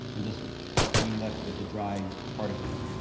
and just being left with the dry particles.